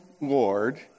Lord